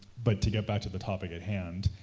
but to get back to the topic at hand,